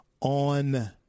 on